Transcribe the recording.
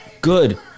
good